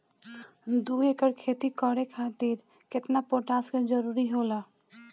दु एकड़ खेती खातिर केतना पोटाश के जरूरी होला?